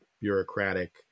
bureaucratic